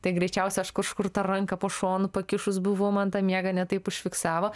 tai greičiausiai aš kažkur ta ranką po šonu pakišus buvau man tą miegą ne taip užfiksavo